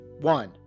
One